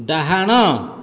ଡାହାଣ